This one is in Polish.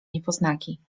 niepoznaki